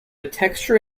texture